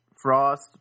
Frost